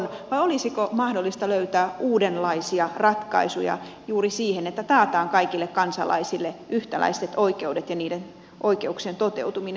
vai olisiko mahdollista löytää uudenlaisia ratkaisuja juuri siihen että taataan kaikille kansalaisille yhtäläiset oikeudet ja niiden oikeuksien toteutuminen